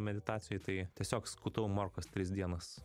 meditacijoj tai tiesiog skutau morkas tris dienas